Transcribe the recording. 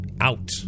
Out